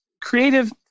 creative